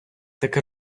таке